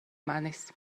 manis